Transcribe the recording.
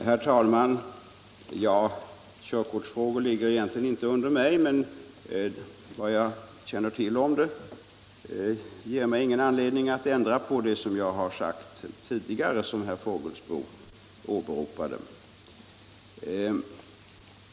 Herr talman! Körkortsfrågor ligger egentligen inte under mig, men vad jag känner till om dem ger mig ingen anledning att ändra på det som jag har sagt tidigare och som herr Fågelsbo åberopade.